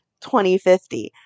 2050